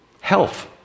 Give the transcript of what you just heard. Health